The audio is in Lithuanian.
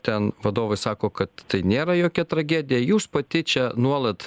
ten vadovai sako kad tai nėra jokia tragedija jūs pati čia nuolat